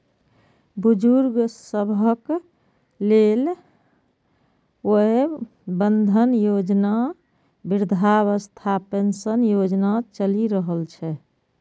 बुजुर्ग सभक लेल वय बंधन योजना, वृद्धावस्था पेंशन योजना चलि रहल छै